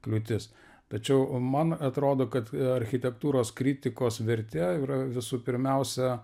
kliūtis tačiau man atrodo kad architektūros kritikos vertė yra visų pirmiausia